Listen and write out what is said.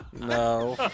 No